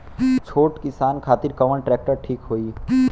छोट किसान खातिर कवन ट्रेक्टर ठीक होई?